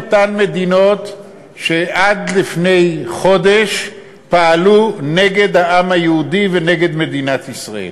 אותן מדינות שעד לפני חודש פעלו נגד העם היהודי ונגד מדינת ישראל.